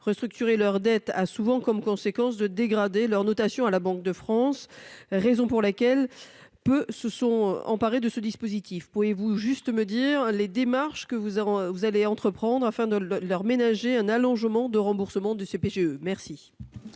restructurer leur dette a souvent comme conséquence de dégrader leur notation à la Banque de France, raison pour laquelle peu d'entre elles se sont emparées de ce dispositif. Pourriez-vous m'indiquer les démarches que vous comptez entreprendre pour leur ménager un allongement de remboursement de ces prêts